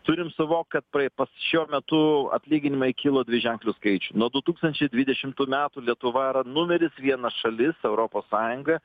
turim suvokt kad praei pas šiuo metu atlyginimai kilo dviženkliu skaičiu nuo du tūkstančiai dvidešimtų metų lietuva yra numeris vienas šalis europos sąjungoje